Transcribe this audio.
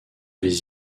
les